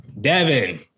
Devin